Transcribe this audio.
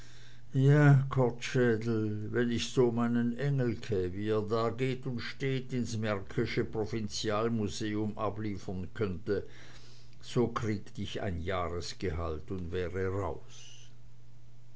kortschädel wenn ich so meinen engelke wie er da geht und steht ins märkische provinzialmuseum abliefern könnte so kriegt ich ein jahrgehalt und wäre raus